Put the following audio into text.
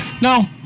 No